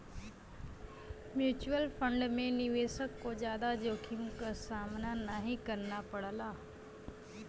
mutual fund में निवेशक को जादा जोखिम क सामना नाहीं करना पड़ला